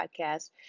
podcast